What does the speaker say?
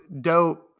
dope